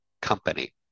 company